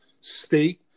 state